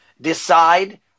decide